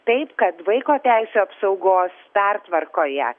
taip kad vaiko teisių apsaugos pertvarkoje